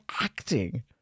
acting